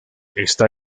está